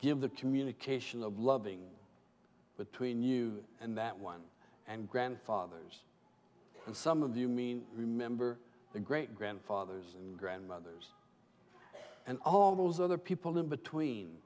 give the communication of loving between you and that one and grandfathers and some of you mean remember the great grandfathers and grandmothers and all those other people in between